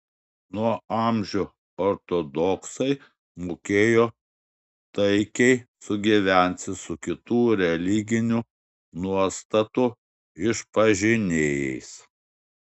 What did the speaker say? nuo amžių ortodoksai mokėjo taikiai sugyventi su kitų religinių nuostatų išpažinėjais